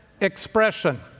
expression